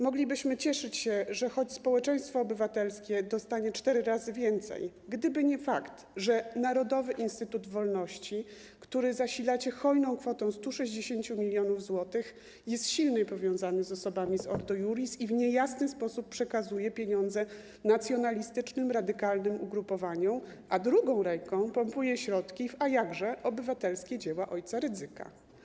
Moglibyśmy cieszyć się, że społeczeństwo obywatelskie dostanie cztery razy więcej, gdyby nie fakt, że Narodowy Instytut Wolności, który zasilacie hojną kwotą 160 mln zł, jest silnie powiązany z osobami z Ordo Iuris i w niejasny sposób przekazuje pieniądze nacjonalistycznym, radykalnym ugrupowaniom, a drugą ręką pompuje środki w - a jakże - obywatelskie dzieła o. Rydzyka.